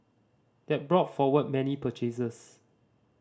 that brought forward many purchases